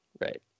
Right